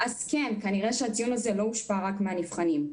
אז כנראה שהציון לא הושפע רק מהנבחנים.